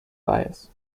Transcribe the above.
bias